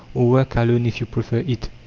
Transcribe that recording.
or work alone if you prefer it.